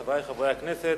חברי חברי הכנסת,